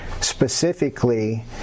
specifically